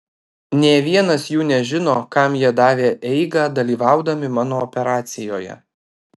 nė vienas jų nežino kam jie davė eigą dalyvaudami mano operacijoje